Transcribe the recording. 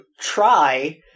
try